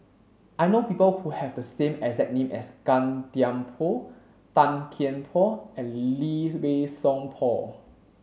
I know people who have the same as name as Gan Thiam Poh Tan Kian Por and Lee Wei Song Paul